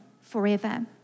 forever